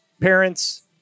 parents